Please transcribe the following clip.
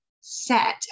set